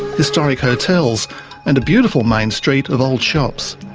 historic hotels and a beautiful main street of old shops.